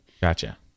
Gotcha